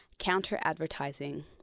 Counter-advertising